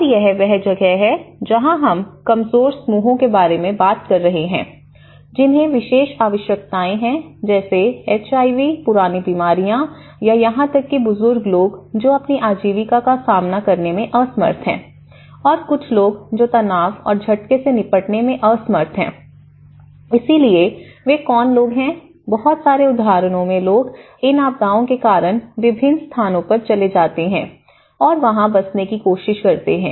और यह वह जगह है जहां हम कमजोर समूहों के बारे में बात कर रहे हैं जिन्हें विशेष आवश्यकताएं हैं जैसे एचआईवी पुरानी बीमारियां या यहां तक कि बुजुर्ग लोग जो अपनी आजीविका का सामना करने में असमर्थ हैं और कुछ लोग जो तनाव और झटके से निपटने में असमर्थ हैं इसलिए वे कौन लोग हैं बहुत सारे उदाहरणों में लोग इन आपदाओं के कारण विभिन्न स्थानों पर चले जाते हैं और वहां बसने की कोशिश करते हैं